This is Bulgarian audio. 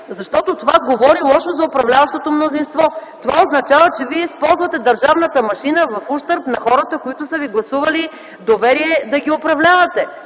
Защото това говори лошо за управляващото мнозинство. Това означава, че вие използвате държавната машина в ущърб на хората, които са ви гласували доверие да ги управлявате.